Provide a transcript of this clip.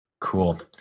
Cool